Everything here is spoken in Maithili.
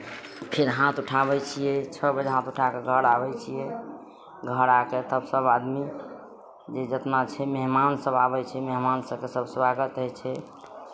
फेर हाथ उठाबै छियै छओ बजे हाथ उठा कऽ घर आबै छियै घर आ कऽ तब सभ आदमी जे जेतना छै मेहमान सभ आबै छै मेहमान सभके सभ स्वागत होइ छै